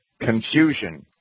confusion